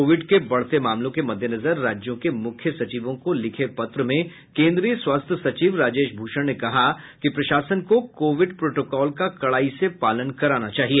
Covid के बढ़ते मामलों के मद्देनजर राज्यों के मूख्य सचिवों को लिखे पत्र में केन्द्रीय स्वास्थ्य सचिव राजेश भूषण ने कहा है कि प्रशासन को कोविड प्रोटोकाल का कड़ाई से पालन कराना चाहिए